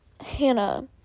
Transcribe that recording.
Hannah